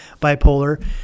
bipolar